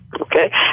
Okay